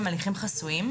הם הליכים חסויים,